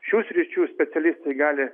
šių sričių specialistai gali